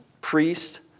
priest